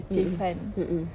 mm mm mm mm